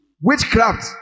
Witchcraft